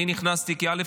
אני נכנסתי, א.